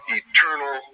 eternal